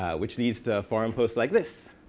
ah which leads to forum posts like this.